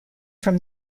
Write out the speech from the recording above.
from